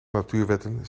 natuurwetten